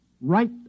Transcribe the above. right